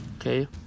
Okay